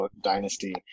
Dynasty